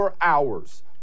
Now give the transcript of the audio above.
hours